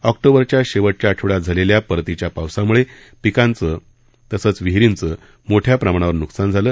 ऑक्टोबरच्या शेवटच्या आठवड्यात झालेल्या परतीच्या पावसामुळे पिकांचं विहिरींचं मोठ्या प्रमाणावर न्कसान झालं